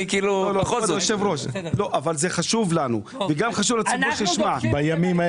חשוב לנו וגם חשוב שהציבור ישמע.